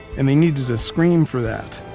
and they needed a scream for that.